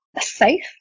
safe